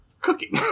cooking